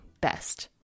best